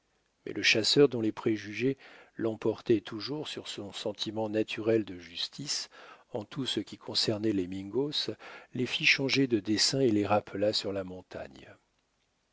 mais le chasseur dont les préjugés l'emportaient toujours sur son sentiment naturel de justice en tout ce qui concernait les mingos les fit changer de dessein et les rappela sur la montagne